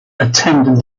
attended